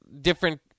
different